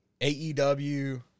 AEW